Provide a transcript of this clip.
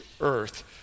earth